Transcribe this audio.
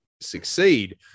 succeed